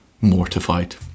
mortified